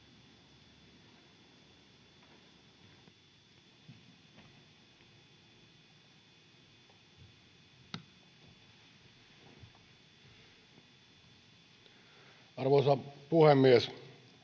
arvoisa puhemies